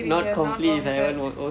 not complete oh shit